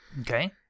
Okay